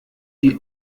die